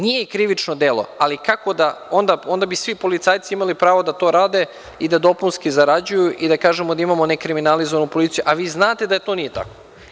Nije krivično delo, ali kako, onda bi svi policajci imali pravo da to rade i da dopunski zarađuju i da kažemo da imamo nekriminalizovanu policiju, a vi znate da to nije tako.